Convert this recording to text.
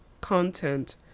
content